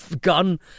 gun